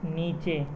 نیچے